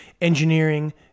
engineering